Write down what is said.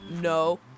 No